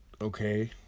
okay